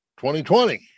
2020